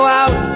out